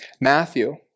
Matthew